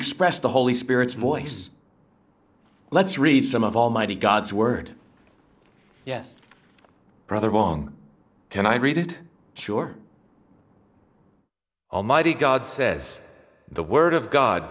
express the holy spirit's voice let's read some of almighty god's word yes brother wrong can i read it sure almighty god says the word of god